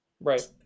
Right